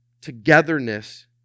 togetherness